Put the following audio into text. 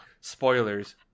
Spoilers